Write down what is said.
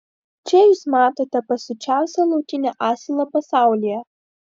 čia jūs matote pasiučiausią laukinį asilą pasaulyje